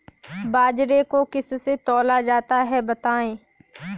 बाजरे को किससे तौला जाता है बताएँ?